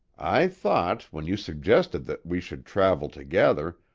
i thought, when you suggested that we should travel together,